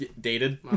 dated